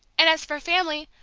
and as for family,